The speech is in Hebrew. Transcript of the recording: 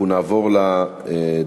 אנחנו נעבור לדוברים,